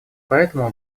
поэтому